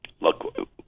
Look